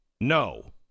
no